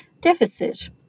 deficit